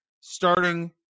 starting